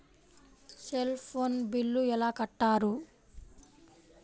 Cell phone bill ఎలా కట్టారు?